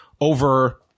over